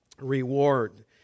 reward